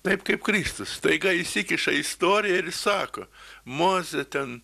taip kaip kristus staiga įsikiša į istoriją ir sako mozė ten